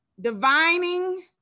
divining